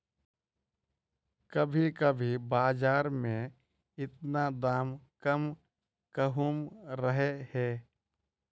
कभी कभी बाजार में इतना दाम कम कहुम रहे है?